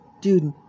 dude